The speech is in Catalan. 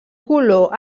color